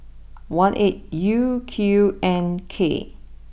one eight U Q N K